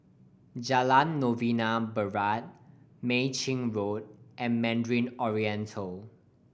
Jalan Novena Barat Mei Chin Road and Mandarin Oriental